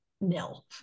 nil